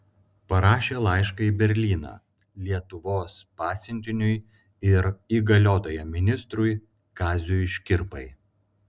parašė laišką į berlyną lietuvos pasiuntiniui ir įgaliotajam ministrui kaziui škirpai